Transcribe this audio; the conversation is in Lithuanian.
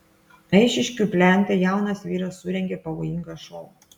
eišiškių plente jaunas vyras surengė pavojingą šou